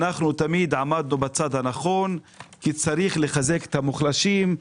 אנחנו תמיד עמדנו בצד הנכון כי צריך לחזק את המוחלשים.